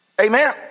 Amen